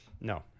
No